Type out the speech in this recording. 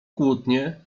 kłótnie